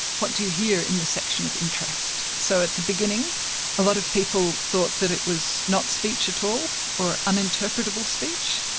what do you hear in this section of interest? so, at the beginning a lot of people thought that it was not speech at all, or uninterpretable speech,